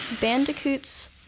Bandicoots